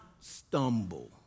stumble